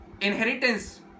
inheritance